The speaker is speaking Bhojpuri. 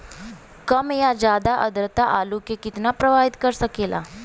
कम या ज्यादा आद्रता आलू के कितना प्रभावित कर सकेला?